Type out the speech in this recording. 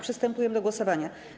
Przystępujemy do głosowania.